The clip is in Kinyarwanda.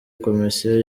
komisiyo